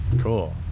cool